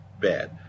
bad